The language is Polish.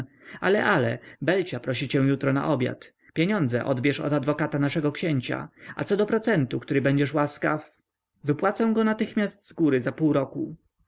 ale ale belcia prosi cię jutro na obiad pieniądze odbierz od adwokata naszego księcia a co do procentu który będziesz łaskaw wypłacę go natychmiast zgóry za pół roku